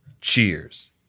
Cheers